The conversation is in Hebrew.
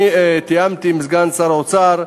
אני תיאמתי עם סגן שר האוצר,